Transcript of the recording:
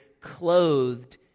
clothed